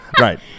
Right